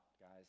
guys